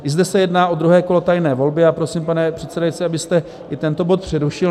I zde se jedná o druhé kolo tajné volby a já prosím, pane předsedající, abyste i tento bod přerušil.